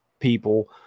people